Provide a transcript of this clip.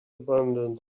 abandoned